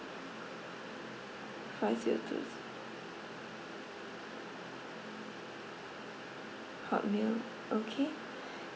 five zero two zero hotmail okay